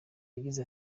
yagize